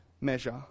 measure